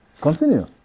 continue